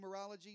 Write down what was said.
numerology